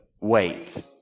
Wait